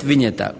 tisuća